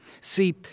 See